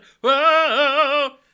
Whoa